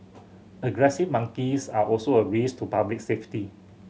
aggressive monkeys are also a risk to public safety